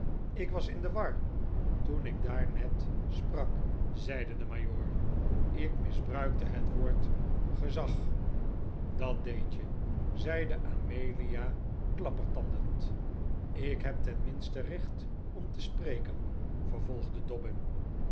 ik was in de war toen ik daar net sprak zeide de majoor ik misbruikte het woord gezag dat deed je zeide amelia klappertandend ik heb ten minste recht om te spreken vervolgde